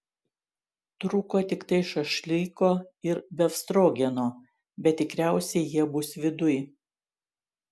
trūko tiktai šašlyko ir befstrogeno bet tikriausiai jie bus viduj